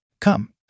Come